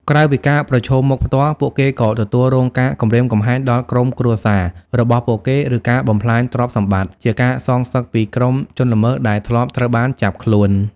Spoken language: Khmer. ក្រៅពីការប្រឈមមុខផ្ទាល់ ពួកគេក៏ទទួលរងការ គំរាមកំហែងដល់ក្រុមគ្រួសារ របស់ពួកគេ ឬការ បំផ្លាញទ្រព្យសម្បត្តិ ជាការសងសឹកពីក្រុមជនល្មើសដែលធ្លាប់ត្រូវបានចាប់ខ្លួន។